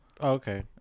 Okay